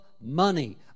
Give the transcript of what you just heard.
money